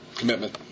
commitment